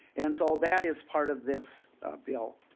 and so that is part of this bill.